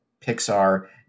Pixar